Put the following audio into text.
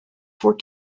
for